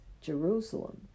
Jerusalem